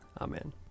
Amen